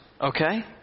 Okay